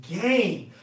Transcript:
game